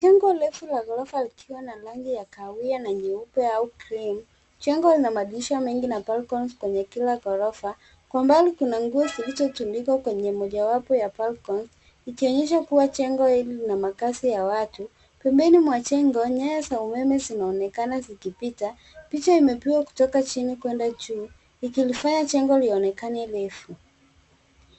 Jengo refu la ghorofa likiwa na rangi ya kahawia na nyeupe au krimu. Jengo ina madirisha mengi na balcons kwenye kila ghorofa. Kwa mbali kuna nguo zilizotundikwa kwenye mojawapo ya balcony ikionyesha kuwa jengo hili lina makaazi ya watu. Pembeni mwa jengo nyaya za umeme zinaonekana zikipita. Picha imepigwa kutoka chini kuenda juu ikilifanya jengo lionekane ndefu.